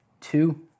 two